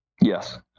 Yes